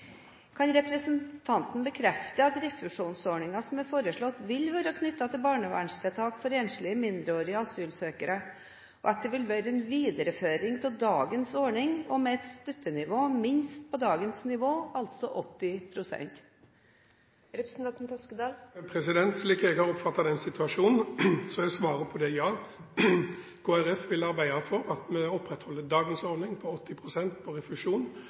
enslige mindreårige asylsøkere, at det vil bli en videreføring av dagens ordning og med et støttenivå minst på dagens nivå, altså 80 pst. Slik som jeg har oppfattet den situasjonen, er svaret på det ja. Kristelig Folkeparti vil arbeide for at vi opprettholder dagens ordning med 80 pst. refusjon,